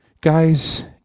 guys